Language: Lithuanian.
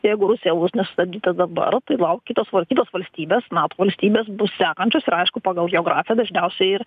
jeigu rusija bus nesustabdyta dabar tai laukite vat kitos valstybės nato valstybės bus sekančios ir aišku pagal geografiją dažniausiai ir